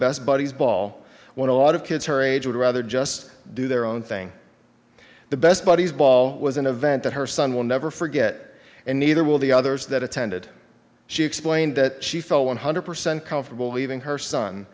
best buddies ball when a lot of kids her age would rather just do their own thing the best buddies ball was an event that her son will never forget and neither will the others that attended she explained that she felt one hundred percent comfortable leaving her son